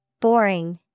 boring